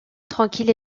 tranquille